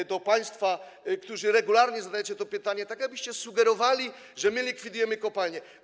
Chodzi mi o państwa, którzy regularnie zadajecie to pytanie, jakbyście sugerowali, że my likwidujemy kopalnie.